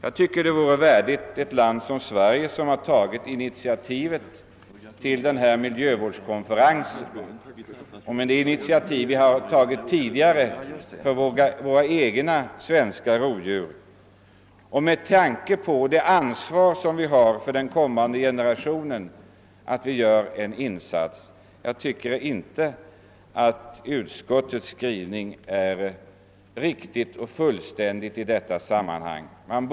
Det vore en värdig uppgift för ett land som Sverige, eftersom vi här tagit initiativet till miljövårdskonferensen, eftersom vi tidigare vidtagit åtgärder för att skydda våra egna svenska rovdjur och eftersom också vi har ett ansvar inför kommande generationer. Jag tycker inte att utskottets skrivning är adekvat och fullständig. Man borde ha engagerat sig mera.